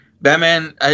Batman